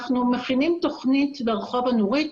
אנחנו מכינים תכנית ברחוב הנורית,